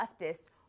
leftists